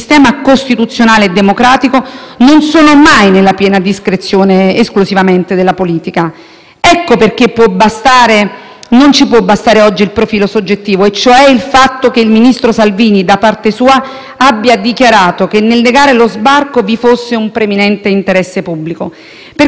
Ecco perché non ci può bastare oggi il profilo soggettivo, cioè il fatto che il ministro Salvini, da parte sua, abbia dichiarato che, nel negare lo sbarco, vi fosse un preminente interesse pubblico. Tutti abbiamo letto con attenzione le parole che il ministro Salvini ha inviato, il 29 gennaio, al «Corriere della Sera»,